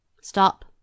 Stop